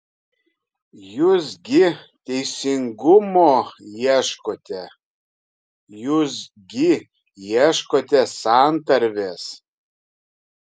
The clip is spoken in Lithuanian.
jūs gi teisingumo ieškote jūs gi ieškote santarvės